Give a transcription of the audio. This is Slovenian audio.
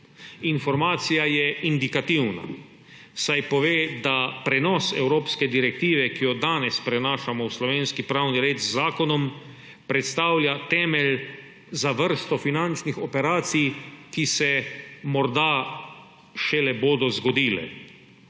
Informacija je indikativna, saj pove, da prenos evropske direktive, ki jo danes prenašamo v slovenski pravni red z zakonom, predstavlja temelj za vrsto finančnih operacij, ki se morda šele bodo zgodile.